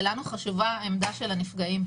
ולנו חשובה העמדה של הנפגעים.